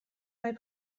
mae